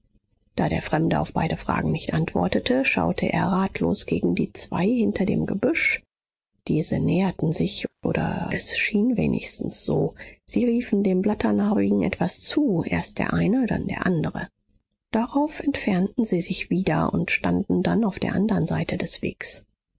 da der fremde auf beide fragen nicht antwortete schaute er ratlos gegen die zwei hinter dem gebüsch diese näherten sich oder es schien wenigstens so sie riefen dem blatternarbigen etwas zu erst der eine dann der andre darauf entfernten sie sich wieder und standen dann auf der andern seite des wegs